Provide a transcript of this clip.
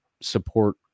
support